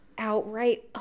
outright